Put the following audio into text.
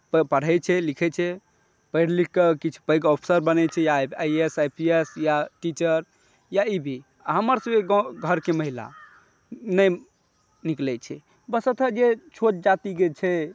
पढ़य छै लिखय छै पढ़ि लिखकऽ किछु पैघ ऑफिसर बनैत छै या I A S I P S या टीचर या जे भी हमर सभकेँ गाँव घरकेँ महिला नहि निकलैत छै वस्तुतः जे छोट जातिके छै